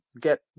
get